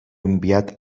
enviat